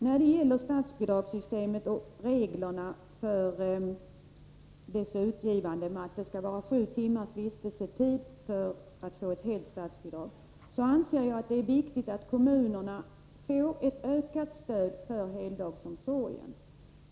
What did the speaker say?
När det gäller statsbidragssystemet och reglerna för att statsbidrag skall ges — dvs. att det skall vara sju timmars vistelsetid för att man skall få ett helt statsbidrag — anser jag att det är viktigt att kommunerna får ett ökat stöd för heldagsomsorgen.